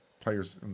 Players